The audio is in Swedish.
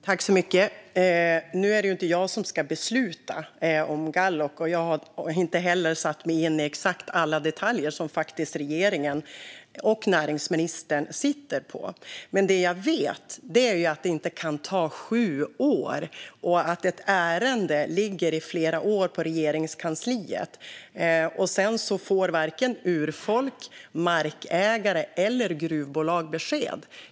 Fru talman! Nu är det inte jag som ska besluta om Gállok. Jag har inte heller satt mig in i alla detaljer som regeringen och näringsministern sitter på. Det jag vet är att ett ärende inte kan ligga sju år på Regeringskansliet utan att vare sig urfolk, markägare eller gruvbolag får besked.